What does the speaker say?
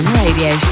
Radio